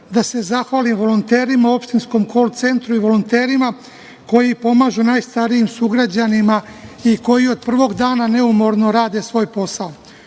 da se zahvalim volonterima, opštinskom kol-centru i volonterima koji pomažu najstarijim sugrađanima i koji od prvog dana neumorno rade svoj